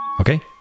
Okay